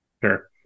Sure